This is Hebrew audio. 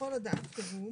"(ה)בכל הודעת חירום